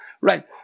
right